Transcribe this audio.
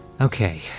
Okay